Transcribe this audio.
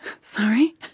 sorry